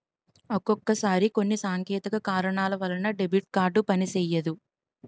ఒక్కొక్కసారి కొన్ని సాంకేతిక కారణాల వలన డెబిట్ కార్డు పనిసెయ్యదు